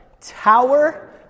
tower